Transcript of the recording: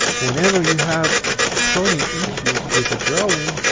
whenever you have plotting issues with a drawing,